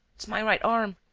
it's my right arm.